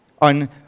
on